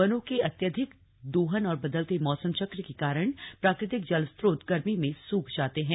वनों के अत्यधिक दोहन और बदलते मौसम चक्र के कारण प्राकृतिक जल स्रोत गर्मी में सूख जाते हैं